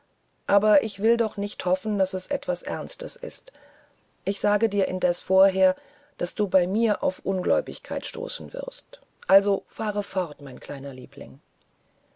aber ich will nicht hoffen daß es etwa ernstes ist ich sage dir indessen vorher daß du bei mir auf ungläubigkeit stoßen wirst also fahre fort mein kleiner liebling